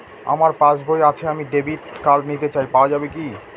আমার পাসবই আছে আমি ডেবিট কার্ড নিতে চাই পাওয়া যাবে কি?